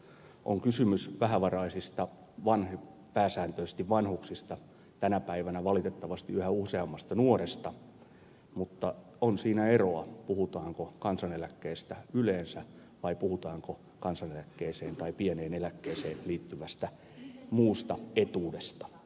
on kysymys vähävaraisista pääsääntöisesti vanhuksista tänä päivänä valitettavasti yhä useammasta nuoresta mutta on siinä eroa puhutaanko kansaneläkkeestä yleensä vai puhutaanko kansaneläkkeeseen tai pieneen eläkkeeseen liittyvästä muusta etuudesta